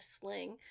sling